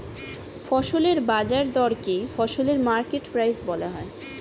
ফসলের বাজার দরকে ফসলের মার্কেট প্রাইস বলা হয়